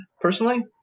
personally